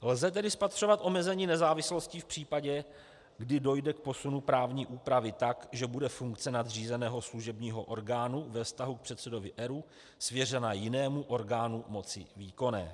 Lze tedy spatřovat omezení nezávislosti v případě, kdy dojde k posunu právní úpravy tak, že bude funkce nadřízeného služebního orgánu ve vztahu k předsedovi ERÚ svěřena jinému orgánu moci výkonné.